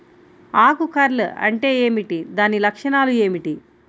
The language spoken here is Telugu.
ఆకు కర్ల్ అంటే ఏమిటి? దాని లక్షణాలు ఏమిటి?